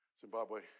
Zimbabwe